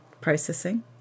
processing